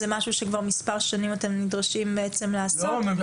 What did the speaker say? זה משהו שאתם נדרשים לעשות מספר שנים.